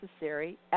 necessary